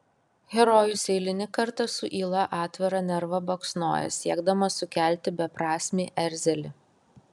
herojus eilinį kartą su yla atvirą nervą baksnoja siekdamas sukelti beprasmį erzelį